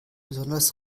besonders